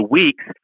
weeks